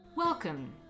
Welcome